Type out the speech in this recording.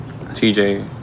TJ